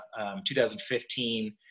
2015